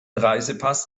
reisepass